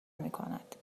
میکند